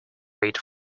rate